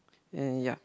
ya